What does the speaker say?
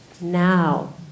now